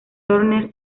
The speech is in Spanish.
turner